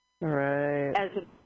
Right